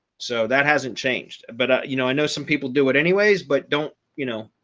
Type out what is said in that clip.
so that hasn't changed. but ah you know, i know some people do it anyways. but don't you know,